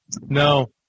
No